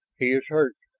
he is hurt,